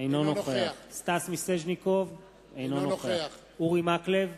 אינו נוכח סטס מיסז'ניקוב, אינו נוכח אורי מקלב,